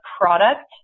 product